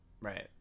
Right